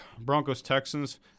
Broncos-Texans